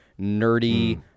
nerdy